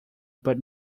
but